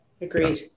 Agreed